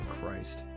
Christ